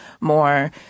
more